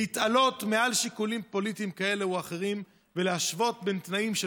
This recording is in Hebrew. להתעלות מעל שיקולים פוליטיים כאלה או אחרים ולהשוות את התנאים של